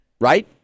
Right